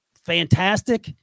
fantastic